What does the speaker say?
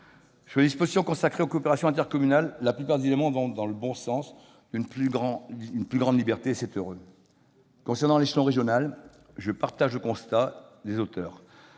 les dispositions consacrées aux coopérations intercommunales, la plupart des éléments vont dans le sens d'une plus grande liberté et c'est heureux. En ce qui concerne l'échelon régional, je partage le constat des auteurs